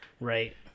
right